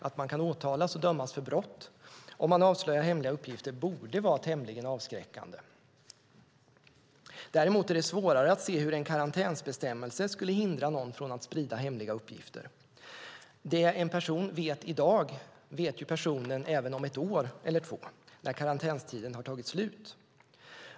Att man kan åtalas och dömas för brott om man avslöjar hemliga uppgifter borde vara tämligen avskräckande. Däremot är det svårare att se hur en karantänsbestämmelse skulle hindra någon från att sprida hemliga uppgifter. Det en person vet i dag vet personen även om ett år eller två, när karantänstiden har tagit slut.